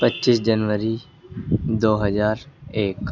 پچیس جنوری دو ہزار ایک